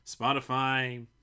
spotify